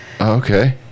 Okay